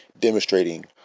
demonstrating